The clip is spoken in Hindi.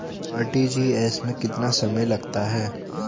आर.टी.जी.एस में कितना समय लगता है?